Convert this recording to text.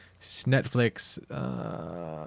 Netflix